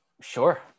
sure